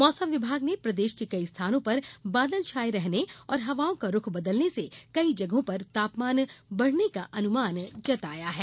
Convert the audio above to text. मौसम विभाग ने प्रदेश के कई स्थानों पर बादल छाये रहने और हवाओं का रुख बदलने से कई जगहों पर तापमान बढ़ने का अनुमान जताया है